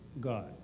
God